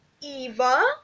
Eva